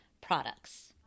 products